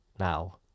now